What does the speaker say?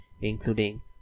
including